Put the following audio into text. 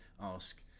ask